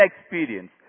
experience